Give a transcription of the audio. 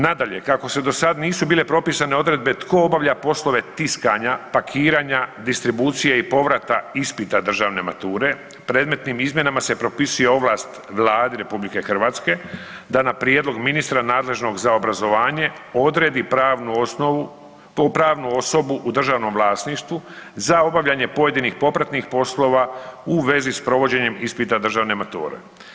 Nadalje, kako do sad nisu bile propisane odredbe tko obavlja poslove tiskanja, pakiranja, distribucije i povrata ispita državne mature, predmetnim izmjenama se propisuje ovlast Vladi RH da na prijedlog ministra nadležnog za obrazovanje odredi pravnu osobu u državnom vlasništvu za obavljanje pojedinih popratnih poslova u vezi s provođenjem ispita državne mature.